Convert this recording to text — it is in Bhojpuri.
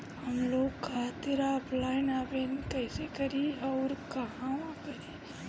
हम लोन खातिर ऑफलाइन आवेदन कइसे करि अउर कहवा करी?